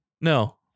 No